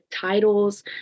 titles